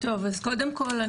קודם כל,